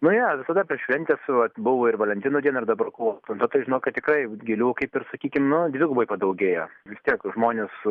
ne je visada per šventes vat buvo ir valentino dieną ir dabar kovo aštunta tai žinokit tikrai gėlių kaip ir sakykim dvigubai padaugėjo vis tiek žmonės